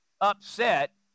upset